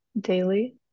daily